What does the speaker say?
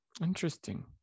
Interesting